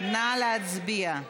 נא להצביע.